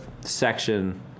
section